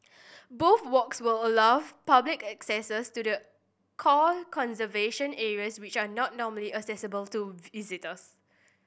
both walks will allow the public access to the core conservation areas which are not normally accessible to visitors